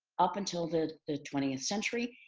up until the the twentieth century.